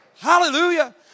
Hallelujah